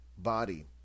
body